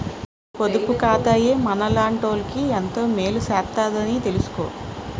పొదుపు ఖాతాయే మనలాటోళ్ళకి ఎంతో మేలు సేత్తదని తెలిసుకో